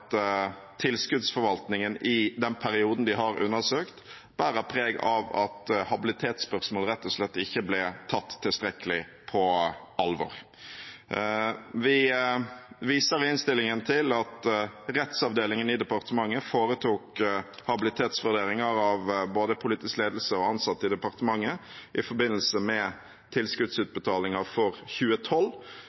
tilskuddsforvaltningen i den perioden de har undersøkt, bærer preg av at habilitetsspørsmål rett og slett ikke ble tatt tilstrekkelig på alvor. Vi viser i innstillingen til at rettsavdelingen i departementet foretok habilitetsvurderinger av både politisk ledelse og ansatte i departementet i forbindelse med tilskuddsutbetalinger for 2012,